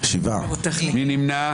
מי נמנע?